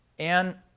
and